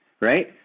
Right